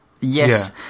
Yes